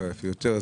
אולי אפילו יותר,